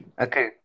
Okay